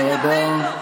תודה רבה.